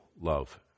love